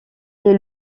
est